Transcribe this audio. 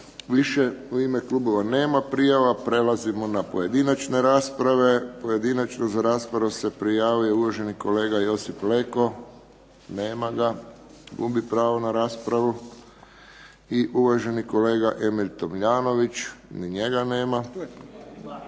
Više u ime klubova nema prijava. Prelazimo na pojedinačne rasprave. Pojedinačno za raspravu se prijavio uvaženi kolega Josip Leko. Nema ga. Gubi pravo na raspravu. I uvaženi kolega Emil Tomljanović. Izvolite.